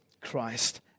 Christ